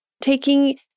taking